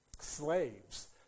slaves